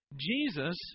Jesus